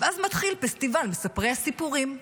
ואז מתחיל פסטיבל מספרי הסיפורים.